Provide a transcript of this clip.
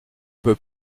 peut